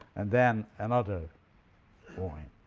and then another point.